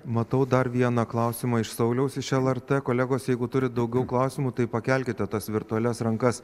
matau dar vieną klausimą iš sauliaus iš lrt kolegos jeigu turit daugiau klausimų tai pakelkite tas virtualias rankas